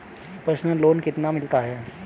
Personal loan कितना मिलता है?